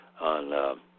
on –